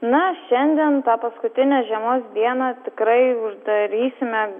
na šiandien tą paskutinę žiemos dieną tikrai darysime